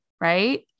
Right